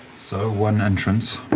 so one entrance